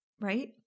right